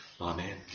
Amen